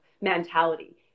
mentality